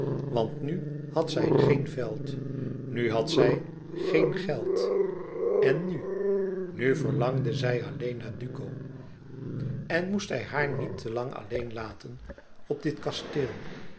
want nu had zij geen veld nu had zij geen geld en nu nu verlangde zij alleen naar duco en moest hij haar niet te lang alleen laten op dit kasteel